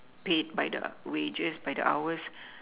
paid by the wages by the hours